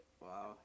Wow